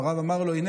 והרב אמר לו: הינה,